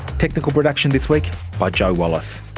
technical production this week by joe wallace,